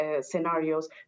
scenarios